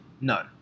No